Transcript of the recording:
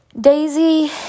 Daisy